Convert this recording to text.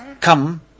come